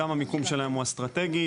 גם המיקום שלהם הוא אסטרטגי,